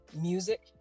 music